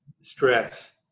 stress